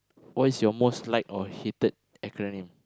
what is your most liked or hated acronym